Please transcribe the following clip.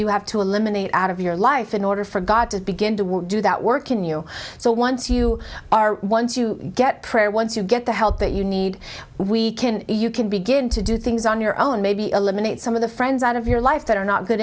you have to eliminate out of your life in order for god to begin to do that work in you so once you are once you get prayer once you get the help that you need we can you can begin to do things on your own maybe eliminate some of the friends out of your life that are not good